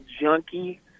junkie